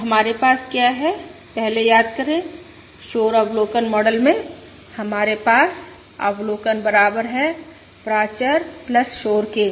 तो हमारे पास क्या है पहले याद करे शोर अवलोकन मॉडल में हमारे पास अवलोकन बराबर है प्राचर शोर के